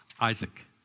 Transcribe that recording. Isaac